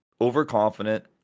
overconfident